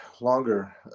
longer